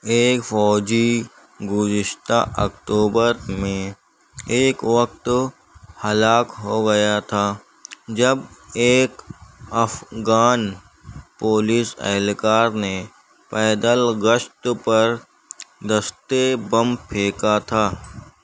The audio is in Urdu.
ایک فوجی گذشتہ اکتوبر میں ایک وقت ہلاک ہو گیا تھا جب ایک افغان پولیس اہلکار نے پیدل گشت پر دستے بم پھیکا تھا